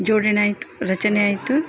ಜೋಡಣೆ ಆಯಿತು ರಚನೆ ಆಯಿತು